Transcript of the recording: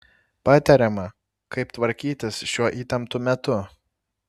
patariama kaip tvarkytis šiuo įtemptu metu